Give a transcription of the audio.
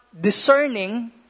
discerning